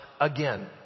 again